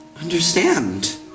understand